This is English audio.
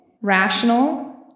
rational